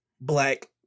black